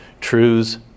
truths